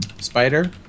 spider